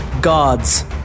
gods